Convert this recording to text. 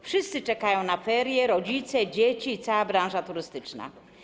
Wszyscy czekają na ferie: rodzice, dzieci i cała branża turystyczna.